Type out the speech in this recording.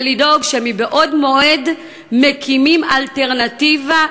ולדאוג שבעוד מועד מקימים אלטרנטיבה.